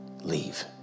Leave